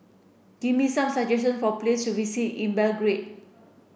give me some suggestions for places to visit in Belgrade